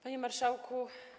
Panie Marszałku!